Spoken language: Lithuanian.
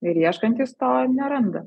ir ieškantys to neranda